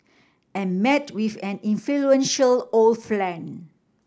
and met with an influential old flan